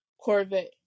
Corvette